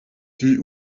ndi